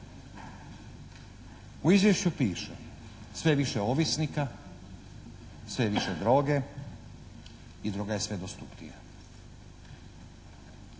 U izvješću piše: «Sve je više ovisnika. Sve je više droge i droga je sve dostupnija.»